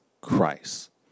Christ